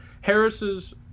Harris's